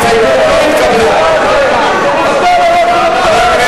תקציב נציבות כבאות: בעד,